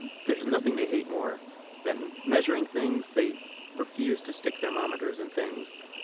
and there's nothing they hate more than measuring things. they refuse to stick thermometers in things.